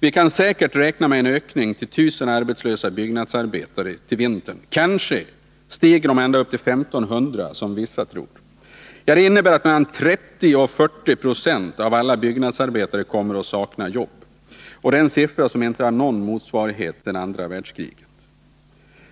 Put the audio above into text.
Vi kan säkert räkna med en ökning till 1000 arbetslösa byggnadsarbetare i vårt län. Kanske stiger siffran ända upp till 1 500, som vissa tror. Det innebär att mellan 30 och 40 96 av alla byggnadsarbetare kommer att sakna jobb. Det är en siffra som inte har någon motsvarighet sedan andra världskriget.